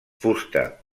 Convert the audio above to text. fusta